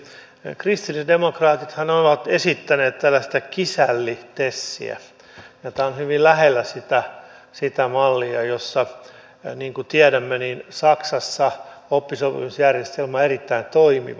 kristillisdemokraatithan ovat esittäneet tällaista kisälli tesiä ja tämä on hyvin lähellä sitä mallia oppisopimusjärjestelmää joka niin kuin tiedämme saksassa on erittäin toimiva